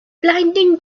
blinding